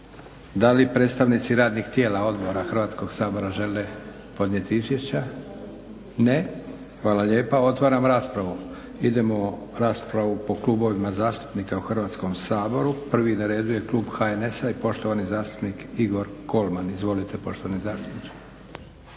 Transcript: Da li predstavnici radnih tijela odbora Hrvatskog sabora žele podnijeti izvješća? Ne. Hvala lijepa. Otvaram raspravu. Idemo u raspravu po klubovima zastupnika u Hrvatskom saboru. Prvi na redu je klub HNS-a i poštovani zastupnik Igor Kolman. Izvolite poštovani zastupniče.